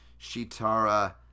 Shitara